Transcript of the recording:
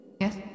Yes